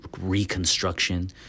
reconstruction